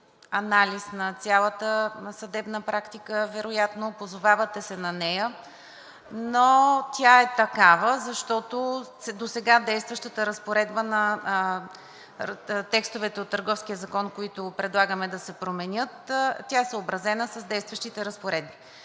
анализ на цялата съдебна практика, вероятно се позовавате на нея, но тя е такава, защото досега действащата разпоредба, текстовете от Търговския закон, които предлагаме да се променят, тя е съобразена с действащите разпоредби.